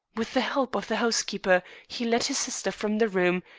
with the help of the housekeeper he led his sister from the room,